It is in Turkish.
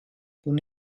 bunu